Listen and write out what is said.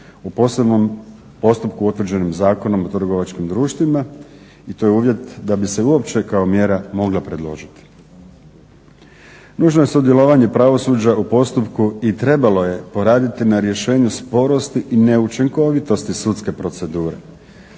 u posebnom postupku utvrđenom zakonom o trgovačkim društvima i to je uvjet da bi se uopće kao mjera mogla predložiti. Nužno je sudjelovanje pravosuđa u postupku i trebalo je poraditi na rješenju sporosti i neučinkovitosti sudske procedure.